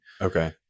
Okay